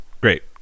Great